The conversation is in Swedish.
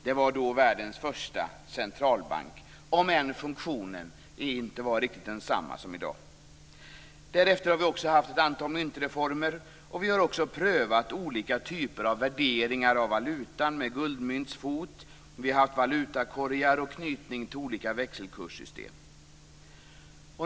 Detta var världens första centralbank, om än funktionen inte var riktigt densamma som i dag. Därefter har det genomförts ett antal myntreformer, och man har också prövat olika typer av valuta med guldmyntfot. Vi har haft valutakorgar och knytning till olika växelkurssystem.